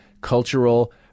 cultural